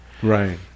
right